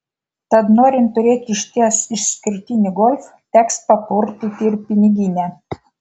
tad norint turėti išties išskirtinį golf teks papurtyti ir piniginę